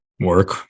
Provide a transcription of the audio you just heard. work